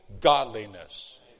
godliness